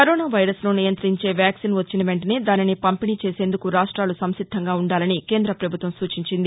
corona వైరస్ను నియంత్రించే vaccine వచ్చిన వెంటనే దానిని పంపిణీ చేసేందుకు రాష్టాలు సంసిద్దంగా ఉండాలని కేంద్ర పభుత్వం సూచించింది